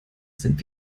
sind